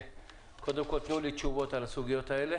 קודם כל, תנו לי תשובות על הסוגיות האלה